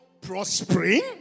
prospering